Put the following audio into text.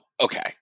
okay